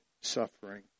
suffering